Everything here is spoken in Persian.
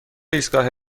ایستگاه